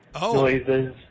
noises